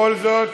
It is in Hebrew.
בכל זאת?